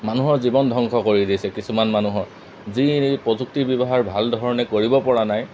মানুহৰ জীৱন ধ্বংস কৰি দিছে কিছুমান মানুহৰ যি প্ৰযুক্তি ব্যৱহাৰ ভাল ধৰণে কৰিব পৰা নাই